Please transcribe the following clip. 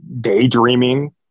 Daydreaming